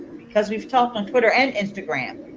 because we've talked on twitter and instagram,